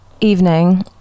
evening